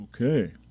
Okay